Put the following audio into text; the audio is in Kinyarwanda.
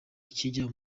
kijya